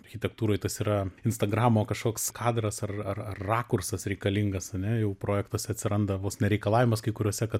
architektūroj tas yra instagramo kažkoks kadras ar ar ar rakursas reikalingas ane jau projektuose atsiranda vos ne reikalavimas kai kuriuose kad